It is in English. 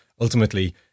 ultimately